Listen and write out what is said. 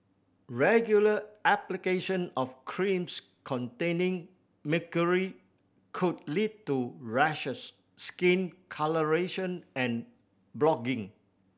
regular application of creams containing mercury could lead to rashes skin colouration and blotching